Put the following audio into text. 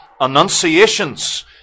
annunciations